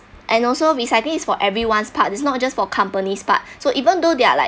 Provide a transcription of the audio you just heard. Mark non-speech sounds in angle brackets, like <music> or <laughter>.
and also recycling is for everyone's part is not just for company's part <breath> so even though they're like